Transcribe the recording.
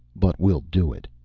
but we'll do it.